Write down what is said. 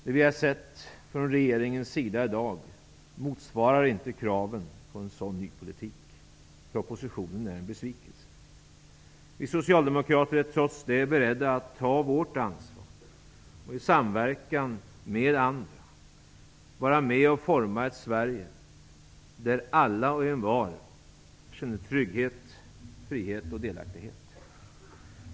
Det vi har sett från regeringens sida i dag motsvarar inte kraven på en sådan ny politik. Propositionen är en besvikelse. Vi socialdemokrater är trots det beredda att ta vårt ansvar och i samverkan med er andra vara med och forma ett Sverige där alla och envar känner trygghet, frihet och delaktighet.